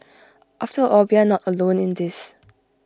after all we are not alone in this